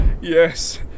yes